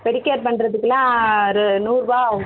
pedicure பண்ணுறதுக்குலாம் நூறுரூவா ஆகும்